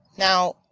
Now